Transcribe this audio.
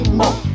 more